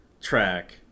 track